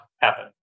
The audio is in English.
happen